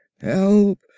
Help